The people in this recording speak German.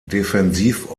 defensiv